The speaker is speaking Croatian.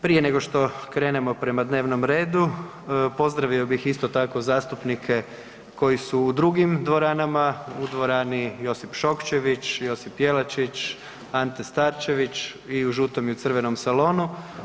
Prije nego što krenemo prema dnevnom redu, pozdravio bih isto tako zastupnike koji su u drugim dvoranama, u dvorani „Josip Šokčević“, „Josip Jelačić“, „Ante Starčević“ i u žutom i u crvenom salonu.